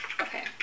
Okay